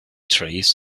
trees